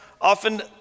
often